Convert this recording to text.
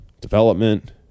development